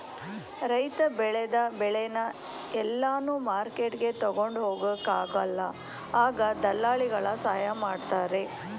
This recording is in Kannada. ರೈತ ಬೆಳೆದ ಬೆಳೆನ ಎಲ್ಲಾನು ಮಾರ್ಕೆಟ್ಗೆ ತಗೊಂಡ್ ಹೋಗೊಕ ಆಗಲ್ಲ ಆಗ ದಳ್ಳಾಲಿಗಳ ಸಹಾಯ ಮಾಡ್ತಾರೆ